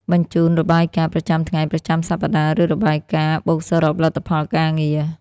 បញ្ជូន របាយការណ៍ ប្រចាំថ្ងៃ ប្រចាំសប្តាហ៍ ឬរបាយការណ៍បូកសរុបលទ្ធផលការងារ។